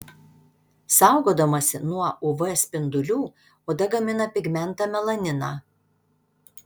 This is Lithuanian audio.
saugodamasi nuo uv spindulių oda gamina pigmentą melaniną